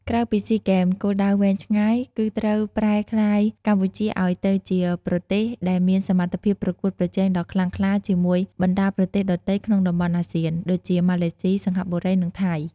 ក្រៅពីស៊ីហ្គេម គោលដៅវែងឆ្ងាយគឺត្រូវប្រែក្លាយកម្ពុជាឱ្យទៅជាប្រទេសដែលមានសមត្ថភាពប្រកួតប្រជែងដ៏ខ្លាំងក្លាជាមួយបណ្តាប្រទេសដទៃក្នុងតំបន់អាស៊ាន ដូចជាម៉ាឡេស៊ី សិង្ហបុរី និងថៃ។